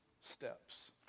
steps